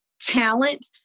talent